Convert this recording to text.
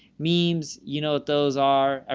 memes, you know, those are, ah